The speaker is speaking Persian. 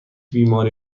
بیماری